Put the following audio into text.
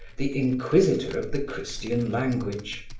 the inquisitor of the christian language.